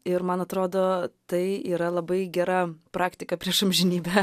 ir man atrodo tai yra labai gera praktika prieš amžinybę